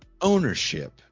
ownership